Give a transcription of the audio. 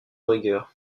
rigueur